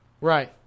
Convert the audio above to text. Right